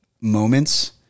moments